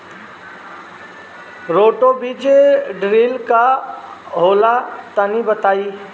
Roto बीज drill का होला तनि बताई?